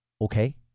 Okay